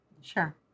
Sure